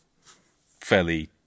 fairly –